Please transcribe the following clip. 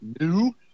new